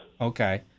Okay